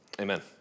amen